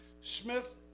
Smith